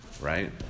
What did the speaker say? right